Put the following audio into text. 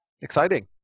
Exciting